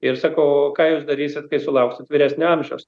ir sakau ką jūs darysit kai sulauksit vyresnio amžiaus